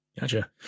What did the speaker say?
Gotcha